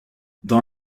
dans